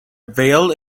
vale